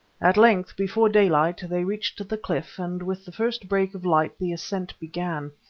at length before daylight they reached the cliff, and with the first break of light the ascent began.